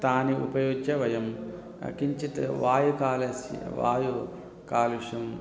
तानि उपयुज्य वयं किञ्चित् वायुकालुष्यं वायुकालुष्यम्